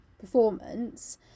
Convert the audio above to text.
performance